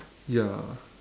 ya